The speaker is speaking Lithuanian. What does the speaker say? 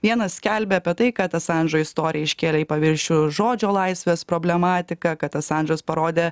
vienas skelbia apie tai kad asandžo istorija iškėlė į paviršių žodžio laisvės problematiką kad asandžas parodė